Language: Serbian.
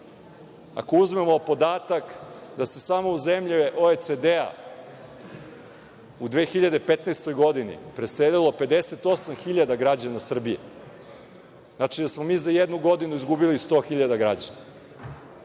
Ako uzmemo podatak da se samo u zemlje OECD-a u 2015. godini preselilo 58.000 građana Srbije, znači da smo mi za jednu godinu izgubili 100.000 građana.